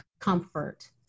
comfort